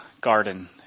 garden